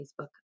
Facebook